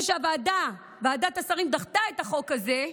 אחרי שהוועדה, ועדת השרים, דחתה את החוק הזה,